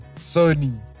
Sony